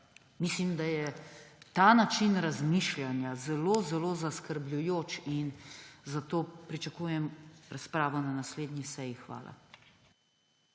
mislim, da je ta način razmišljanja zelo, zelo zaskrbljujoč, in zato pričakujem razpravo na naslednji seji. Hvala.